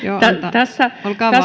tässä